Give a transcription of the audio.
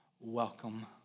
Welcome